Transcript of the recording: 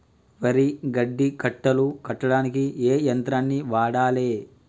వరి గడ్డి కట్టలు కట్టడానికి ఏ యంత్రాన్ని వాడాలే?